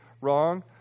wrong